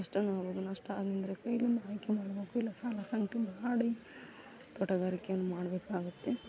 ನಷ್ಟವೂ ಆಗ್ಬೋದು ನಷ್ಟ ಆದೆನೆಂದ್ರೆ ಕೈಯ್ಯಿಂದ ಆಯ್ಕೆ ಮಾಡಬೇಕು ಇಲ್ಲ ಸಾಲ ಸಂಕ್ಟಿ ಮಾಡಿ ತೋಟಗಾರಿಕೆಯನ್ನು ಮಾಡಬೇಕಾಗುತ್ತೆ